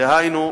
דהיינו,